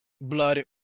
Blood